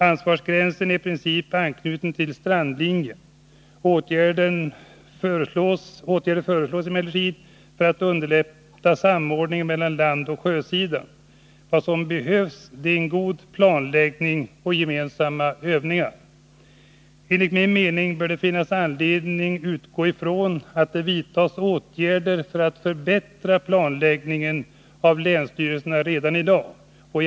Ansvarsgränsen är i princip anknuten till strandlinjen. Åtgärder föreslås emellertid för att underlätta samordningen mellan landoch sjösidan. Vad som behövs är en god planläggning och gemensamma övningar. Enligt min mening bör det finnas anledning utgå ifrån att det redan i dag vidtas åtgärder av länsstyrelserna för att förbättra planläggningen.